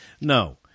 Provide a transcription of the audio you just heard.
No